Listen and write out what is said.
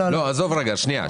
עזוב רגע, שנייה.